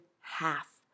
half